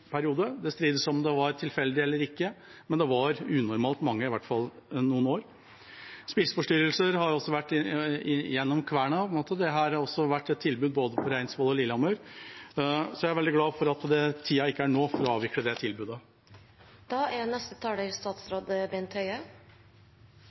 periode. Det strides om det var tilfeldig eller ikke, men det var unormalt mange noen år. Spiseforstyrrelser har også vært gjennom kverna. Det har vært et tilbud både på Reinsvoll og Lillehammer, så jeg er veldig glad for at det ikke er tida nå for å avvikle det